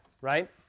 Right